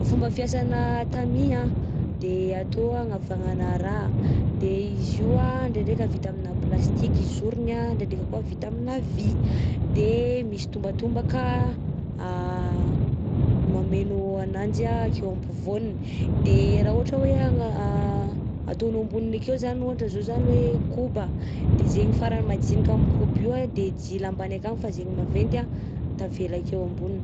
Ny fomba fiasanà tamis anh de atao agnavanana raha, de izy io anh ndraindraika vita aminà plastika i zorony anh, ndraikindraka koa vita aminà vy, de misy tombatombaka mameno ananjy anh akeo ampovoaniny. _x000D_ De raha ohatra hoe ana- ataonao amboniny akeo zany ohatra zao zany hoe koba de zaigny farany madinika am'koba io de dila ambany akagny fa zaigny maventy ah tavela akeo amboniny.